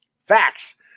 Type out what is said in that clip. facts